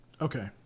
Okay